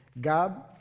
God